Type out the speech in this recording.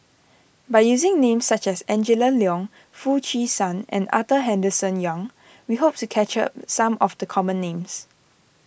by using names such as Angela Liong Foo Chee San and Arthur Henderson Young we hope to capture some of the common names